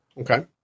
Okay